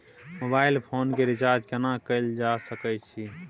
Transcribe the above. Mobile phone के recharge केना कैल जा सकै छै?